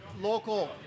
local